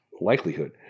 likelihood